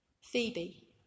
Phoebe